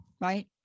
right